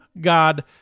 God